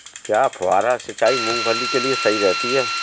क्या फुहारा सिंचाई मूंगफली के लिए सही रहती है?